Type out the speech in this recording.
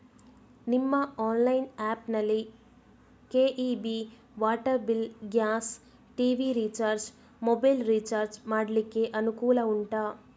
ನಿಮ್ಮ online app ನಲ್ಲಿ KEB, water bill, gas, TV recharge, mobile recharge ಮಾಡ್ಲಿಕ್ಕೆ ಅನುಕೂಲ ಉಂಟಾ